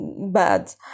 bad